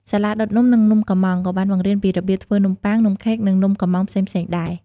សាលាដុតនំ និងនំកម្មង់ ក៏បានបង្រៀនពីរបៀបធ្វើនំបុ័ង នំខេក និងនំកុម្មង់ផ្សេងៗដែរ។